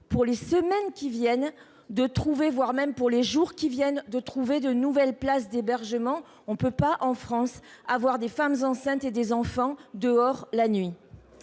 pour les semaines qui viennent de trouver, voire même pour les jours qui viennent de trouver de nouvelles places d'hébergement. On ne peut pas en France à voir des femmes enceintes et des enfants dehors la nuit.--